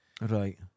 Right